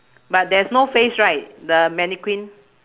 but there's no face right the mannequin